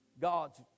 God's